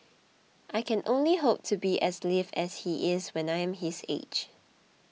I can only hope to be as lithe as he is when I am his age